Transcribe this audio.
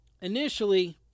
initially